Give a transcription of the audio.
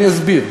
אני אסביר.